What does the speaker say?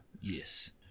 Yes